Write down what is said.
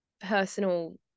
personal